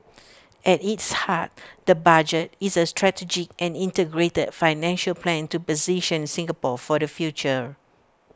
at its heart the budget is A strategic and integrated financial plan to position Singapore for the future